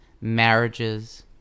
marriages